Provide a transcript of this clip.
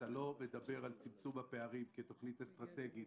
ואתה לא מדבר על צמצום הפערים כתוכנית אסטרטגית